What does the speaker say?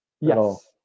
Yes